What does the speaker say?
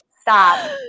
Stop